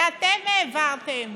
שאתם העברתם,